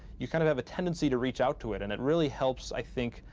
you kind of have a tendency to reach out to it, and it really helps, i think,